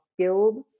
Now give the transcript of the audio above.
skilled